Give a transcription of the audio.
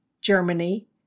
Germany